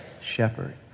shepherd